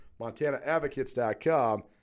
MontanaAdvocates.com